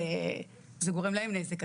וזה גורם להם נזק.